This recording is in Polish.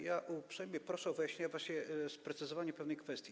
Ja uprzejmie proszę o wyjaśnienie, sprecyzowanie pewnej kwestii.